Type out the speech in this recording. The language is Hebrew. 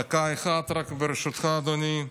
עוד דקה אחת ברשותך, אדוני.